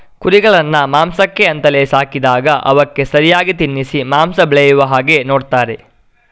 ಕುರಿಗಳನ್ನ ಮಾಂಸಕ್ಕೆ ಅಂತಲೇ ಸಾಕಿದಾಗ ಅವಕ್ಕೆ ಸರಿಯಾಗಿ ತಿನ್ನಿಸಿ ಮಾಂಸ ಬೆಳೆಯುವ ತರ ನೋಡ್ತಾರೆ